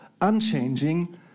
unchanging